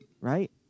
right